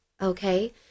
okay